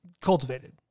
cultivated